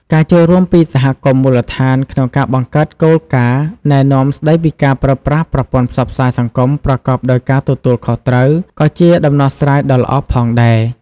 ការចូលរួមពីសហគមន៍មូលដ្ឋានក្នុងការបង្កើតគោលការណ៍ណែនាំស្តីពីការប្រើប្រាស់ប្រព័ន្ធផ្សព្វផ្សាយសង្គមប្រកបដោយការទទួលខុសត្រូវក៏ជាដំណោះស្រាយដ៏ល្អផងដែរ។